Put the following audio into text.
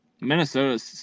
Minnesota